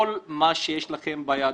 כל מה שיש לכם ביד